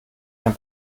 ein